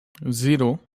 zero